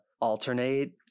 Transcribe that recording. alternate